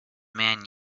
man